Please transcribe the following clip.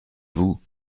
vous